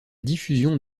diffusion